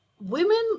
women